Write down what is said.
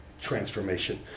transformation